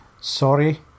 sorry